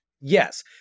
Yes